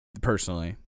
personally